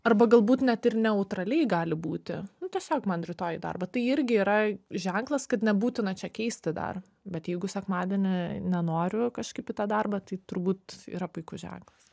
arba galbūt net ir neutraliai gali būti tiesiog man rytoj į darbą tai irgi yra ženklas kad nebūtina čia keisti dar bet jeigu sekmadienį nenoriu kažkaip į tą darbą tai turbūt yra puikus ženklas